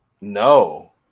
No